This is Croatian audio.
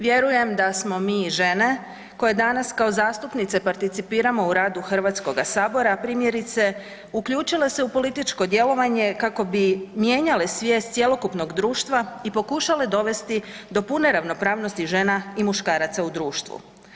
Vjerujem da smo mi žene koje danas kao zastupnice participiramo u radu Hrvatskoga sabora primjerice uključile se u političko djelovanje kako bi mijenjale svijest cjelokupnoga društva i pokušale dovesti do pune ravnopravnosti žena i muškaraca u društvu.